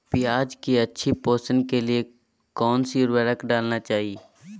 प्याज की अच्छी पोषण के लिए कौन सी उर्वरक डालना चाइए?